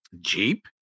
Jeep